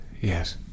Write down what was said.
yes